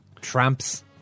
tramps